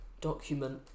document